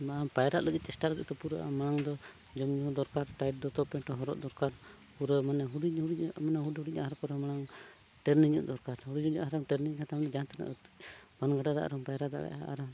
ᱚᱱᱟ ᱯᱟᱭᱨᱟᱜ ᱞᱟᱹᱜᱤᱫ ᱪᱮᱥᱴᱟ ᱞᱟᱹᱜᱤᱫᱛᱮ ᱯᱩᱨᱟᱹ ᱟᱢ ᱢᱟᱲᱟᱝ ᱫᱚ ᱡᱚᱢᱧᱩ ᱦᱚᱸ ᱫᱚᱨᱠᱟᱨ ᱴᱟᱭᱤᱴ ᱫᱚᱛᱚ ᱯᱮᱱᱴ ᱦᱚᱸ ᱦᱚᱨᱚᱜ ᱫᱚᱨᱠᱟᱨ ᱯᱩᱨᱟᱹ ᱢᱟᱱᱮ ᱦᱩᱰᱤᱝ ᱦᱩᱰᱤᱝᱟᱜ ᱢᱟᱱᱮ ᱦᱩᱰᱤᱝ ᱦᱩᱰᱤᱝᱟᱜ ᱟᱨ ᱯᱩᱨᱟᱹ ᱢᱟᱲᱟᱝ ᱴᱨᱮᱱᱤᱝᱚᱜ ᱫᱚᱨᱠᱟᱨ ᱦᱩᱰᱤᱝ ᱦᱩᱰᱤᱝ ᱟᱨᱦᱚᱸᱢ ᱴᱮᱨᱱᱤᱝ ᱞᱮᱱᱠᱷᱟᱱ ᱡᱟᱦᱟᱸ ᱛᱤᱱᱟᱹᱜ ᱵᱟᱱ ᱜᱟᱰᱟ ᱫᱟᱜ ᱨᱮᱢ ᱯᱟᱭᱨᱟ ᱫᱟᱲᱮᱭᱟᱜᱼᱟ ᱟᱨ